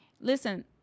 Listen